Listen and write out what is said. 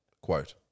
Quote